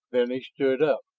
then he stood up,